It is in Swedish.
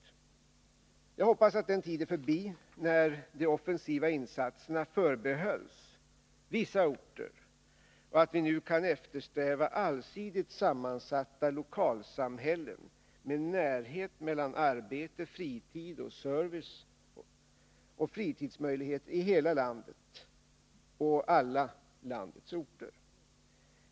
Jag hoppas att den tid är förbi när de offensiva insatserna förbehölls vissa orter och att vi nu kan eftersträva allsidigt sammansatta lokalsamhällen med närhet mellan arbete, service och fritidsmöjligheter i hela landet och alla landets orter.